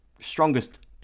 strongest